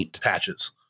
patches